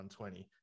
120